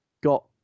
got